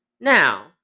Now